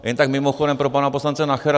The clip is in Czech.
Jen tak mimochodem pro pana poslance Nachera.